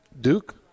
Duke